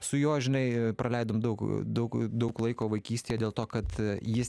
su juo žinai praleidom daug daug daug laiko vaikystėje dėl to kad jis